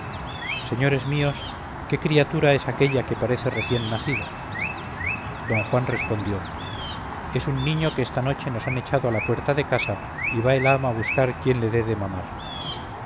señores míos qué criatura es aquella que parece recién nacida don juan respondió es un niño que esta noche nos han echado a la puerta de casa y va el ama a buscar quién le dé de mamar